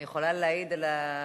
אני יכולה להעיד על ההכנות